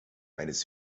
eines